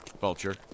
Vulture